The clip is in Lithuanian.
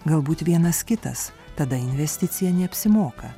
galbūt vienas kitas tada investicija neapsimoka